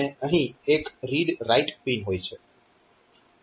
અને અહીં એક રીડ રાઈટ પિન હોય છે